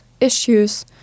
issues